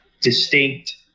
distinct